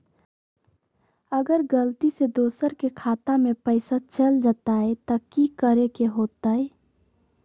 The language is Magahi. अगर गलती से दोसर के खाता में पैसा चल जताय त की करे के होतय?